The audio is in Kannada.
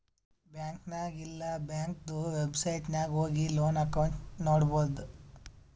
ಬ್ಯಾಂಕ್ ನಾಗ್ ಇಲ್ಲಾ ಬ್ಯಾಂಕ್ದು ವೆಬ್ಸೈಟ್ ನಾಗ್ ಹೋಗಿ ಲೋನ್ ಅಕೌಂಟ್ ನೋಡ್ಬೋದು